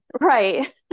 Right